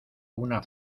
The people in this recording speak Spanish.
una